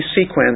sequence